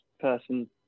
person